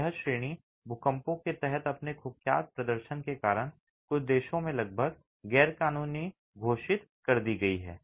यह श्रेणी भूकंपों के तहत अपने कुख्यात प्रदर्शन के कारण कुछ देशों में लगभग गैरकानूनी घोषित कर दी गई है